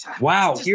Wow